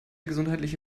gesundheitliche